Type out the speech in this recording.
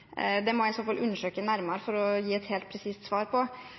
Det må jeg i så fall undersøke nærmere for å kunne gi et helt presist svar på.